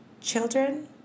children